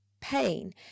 pain